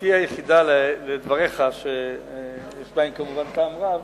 תשובתי היחידה לדבריך, שיש בהם כמובן טעם רב,